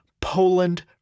Poland